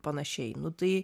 panašiai nu tai